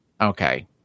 Okay